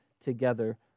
together